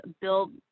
build